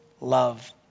love